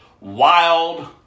wild